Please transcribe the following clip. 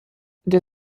der